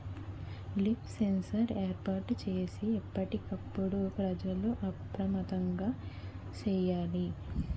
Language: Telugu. లీఫ్ సెన్సార్ ఏర్పాటు చేసి ఎప్పటికప్పుడు ప్రజలు అప్రమత్తంగా సేయాలి